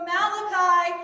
Malachi